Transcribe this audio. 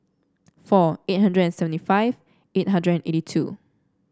four eight hundred and seventy five eight hundred and eighty two